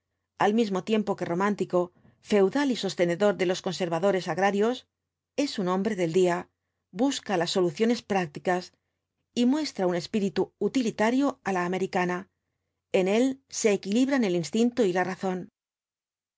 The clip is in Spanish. al mismo tiempo que romántico feudal y sostenedor de los conservadores agrarios es un hombre del día búscalas soluciones prácticas y muestra un espíritu utilitario á la americaiia en él se equilibran el instinto y la razón